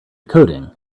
coding